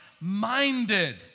minded